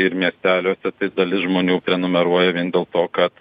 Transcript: ir miesteliuose dalis žmonių prenumeruoja vien dėl to kad